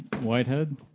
Whitehead